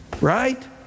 Right